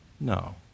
No